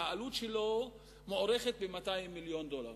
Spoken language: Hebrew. שהעלות שלו מוערכת ב-200 מיליון דולר,